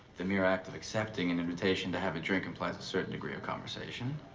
the mere act of accepting an invitation to have a drink, implies a certain degree of conversation.